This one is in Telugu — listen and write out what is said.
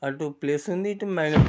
అటు ప్లస్ ఉంది ఇటు మైనస్ ఉంది